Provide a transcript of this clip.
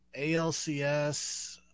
ALCS